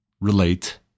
relate